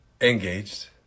Engaged